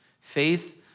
Faith